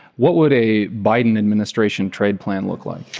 what would a biden administration trade plan look like?